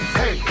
hey